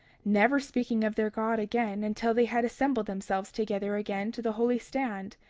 never speaking of their god again until they had assembled themselves together again to the holy stand,